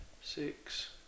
six